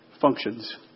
functions